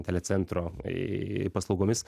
telecentro į paslaugomis